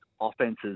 offenses